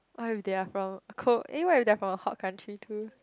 what if they are from a cold eh they are from hot country too